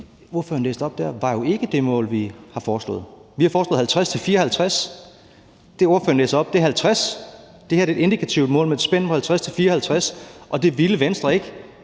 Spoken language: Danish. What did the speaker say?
ordføreren læste op der, var jo ikke det mål, vi har foreslået. Vi har foreslået 50-54 pct. – det, ordføreren læser op, er 50 pct. Det her er et indikativt mål med et spænd på 50-54 pct., og det ville Venstre ikke